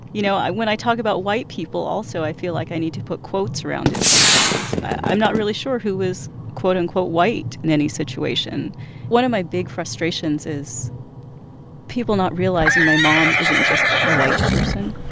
you know, i when i talk about white people also, i feel like i need to put quotes around it sometimes. i'm not really sure who is, quote, unquote, white in any situation one of my big frustrations is people not realizing my mom isn't just a white person.